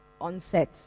onset